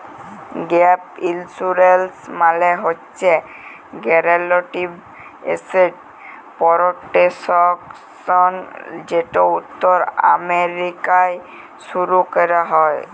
gap insurance মালে হছে guaranteed asset protection যেট উত্তর আমেরিকায় শুরু ক্যরা হ্যয়